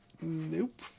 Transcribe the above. nope